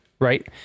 Right